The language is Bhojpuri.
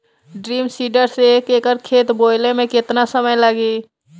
ड्रम सीडर से एक एकड़ खेत बोयले मै कितना समय लागी?